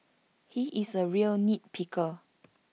he is A real nit picker